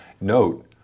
note